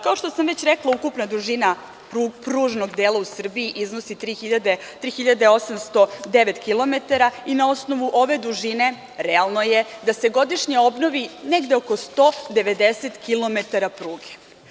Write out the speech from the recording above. Kao što sam već rekla, ukupna dužina pružnog dela u Srbiji iznosi 3809 kilometara i na osnovu ove dužine realno je da se godišnje obnovi negde oko 190 kilometara pruge.